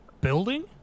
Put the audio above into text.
building